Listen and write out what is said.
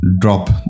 drop